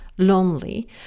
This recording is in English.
lonely